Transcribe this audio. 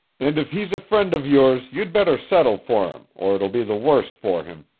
and if he's a friend of yours you'd better settle for him, or it will be the worse for him.